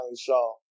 Shaw